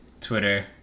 Twitter